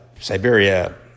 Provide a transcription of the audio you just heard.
Siberia